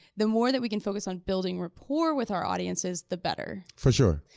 the more that we can focus on building rapport with our audiences, the better. for sure.